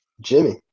Jimmy